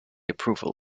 approval